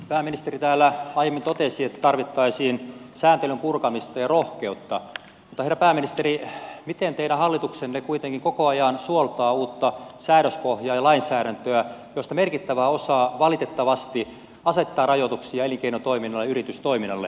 pääministeri täällä aiemmin totesi että tarvittaisiin sääntelyn purkamista ja rohkeutta mutta herra pääministeri miten teidän hallituksenne kuitenkin koko ajan suoltaa uutta säädöspohjaa ja lainsäädäntöä josta merkittävä osa valitettavasti asettaa rajoituksia elinkeinotoiminnalle ja yritystoiminnalle